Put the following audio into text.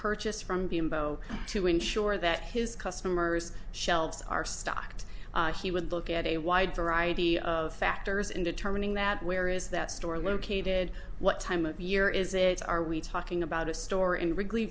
purchase from b m bo to ensure that his customers shelves are stocked he would look at a wide variety of factors in determining that where is that store located what time of year is it are we talking about a store in wrigley